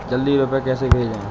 जल्दी रूपए कैसे भेजें?